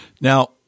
Now